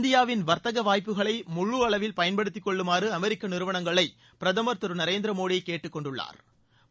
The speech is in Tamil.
இந்தியாவின் வர்த்தக வாய்ப்புகளை முழு அளவில் பயன்படுத்திகொள்ளுமாறு அமெரிக்க நிறுவனங்களை பிரதம் திரு நரேந்திர மோடி கேட்டுக்கொண்டுள்ளாா்